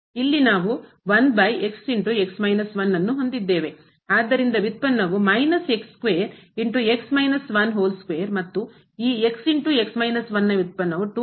ಆದ್ದರಿಂದ ವ್ಯುತ್ಪನ್ನವು ಮತ್ತು ಈ ನ ವ್ಯುತ್ಪನ್ನವು